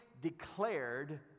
declared